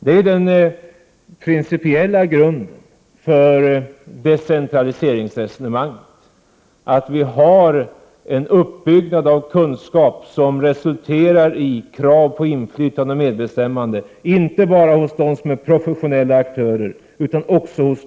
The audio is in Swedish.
Det är den principiella grunden för decentraliseringsresonemanget, att vi har en uppbyggnad av kunskap som resulterar i krav på inflytande och medbestämmande inte bara hos dem som är professionella aktörer, utan också hos